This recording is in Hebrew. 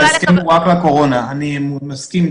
אני מסכים.